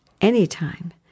anytime